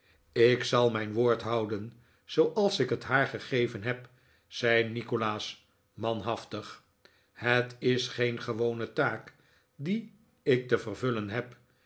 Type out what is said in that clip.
ik zal mijn woord houden zooals ik het haar gegeven'heb zei nikolaas manhaftig het is geen gewone taak die ik te vervullen heb